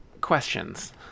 questions